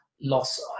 loss